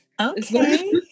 Okay